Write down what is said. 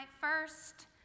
first